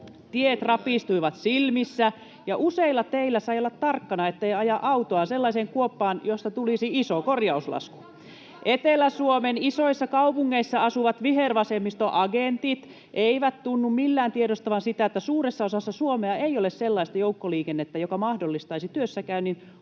Tiet rapistuivat silmissä, ja useilla teillä sai olla tarkkana, ettei aja autoa sellaiseen kuoppaan, josta tulisi iso korjauslasku. Etelä-Suomen isoissa kaupungeissa asuvat vihervasemmistoagentit eivät tunnu millään tiedostavan sitä, että suuressa osassa Suomea ei ole sellaista joukkoliikennettä, joka mahdollistaisi työssäkäynnin, opiskelun